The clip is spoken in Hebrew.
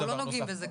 אנחנו לא נוגעים בזה.